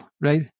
right